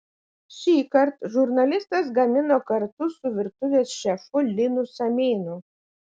šįkart žurnalistas gamino kartu su virtuvės šefu linu samėnu